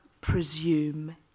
presume